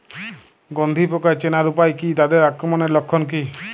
গন্ধি পোকা চেনার উপায় কী তাদের আক্রমণের লক্ষণ কী?